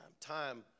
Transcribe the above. Time